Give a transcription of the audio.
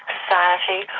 Society